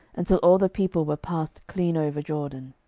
until all the people were passed clean over jordan.